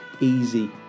easy